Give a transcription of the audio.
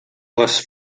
les